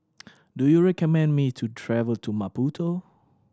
do you recommend me to travel to Maputo